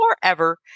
forever